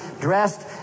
dressed